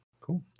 cool